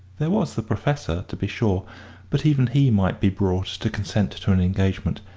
there was the professor, to be sure but even he might be brought to consent to an engagement,